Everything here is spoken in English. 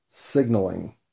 signaling